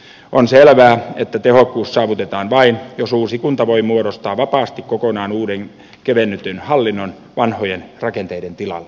on selvää että tehokkuus saavutetaan vain jos uusi kunta voi muodostaa vapaasti kokonaan uuden kevennetyn hallinnon vanhojen rakenteiden tilalle